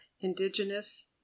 indigenous